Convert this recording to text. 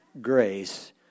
grace